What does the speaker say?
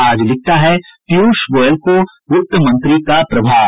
आज लिखता है पीयूष गोयल को वित्त मंत्री का प्रभार